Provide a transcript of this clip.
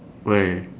why